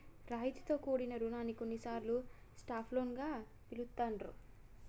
రాయితీతో కూడిన రుణాన్ని కొన్నిసార్లు సాఫ్ట్ లోన్ గా పిలుత్తాండ్రు